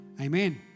Amen